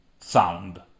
sound